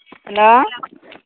hello